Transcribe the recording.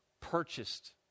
purchased